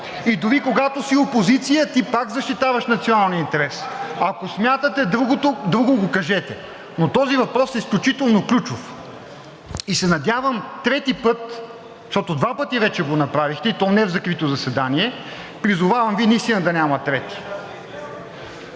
И дори когато си опозиция, ти пак защитаваш националния интерес. Ако смятате друго, го кажете, но този въпрос е изключително ключов, и се надявам трети път, защото два пъти вече го направихте, и то не в закрито заседание, призовавам Ви наистина да няма трети.